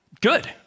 good